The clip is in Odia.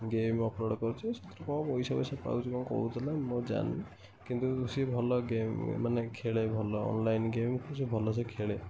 ଗେମ୍ ଅପଲୋଡ଼୍ କରୁଛି ସେଥିରୁ କ'ଣ ପଇସା ଫଇସା ପାଉଛି କ'ଣ କହୁଥିଲା ମୁଁ ଆଉ ଜାଣନି କିନ୍ତୁ ସେ ଭଲ ଗେମ୍ ମାନେ ଖେଳେ ଭଲ ଅନ୍ଲାଇନ୍ ଗେମ୍କୁ ସିଏ ଭଲସେ ଖେଳେ